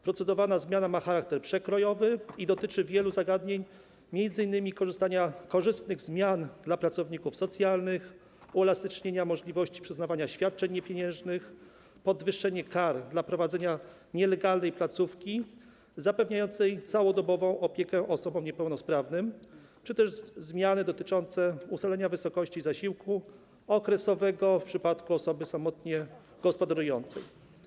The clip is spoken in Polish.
Procedowana zmiana ma charakter przekrojowy i dotyczy wielu zagadnień, m.in. korzystnych zmian dla pracowników socjalnych, uelastycznienia możliwości przyznawania świadczeń niepieniężnych, podwyższenia kar za prowadzenie nielegalnej placówki zapewniającej całodobową opiekę osobom niepełnosprawnym czy też zmian dotyczących ustalenia wysokości zasiłku okresowego w przypadku osoby samotnie gospodarującej.